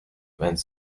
vingt